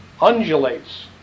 undulates